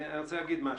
אני רוצה להגיד משהו.